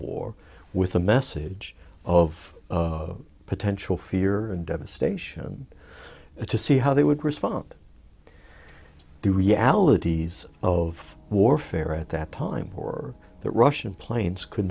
war with a message of potential fear and devastation to see how they would respond the realities of warfare at that time or the russian planes could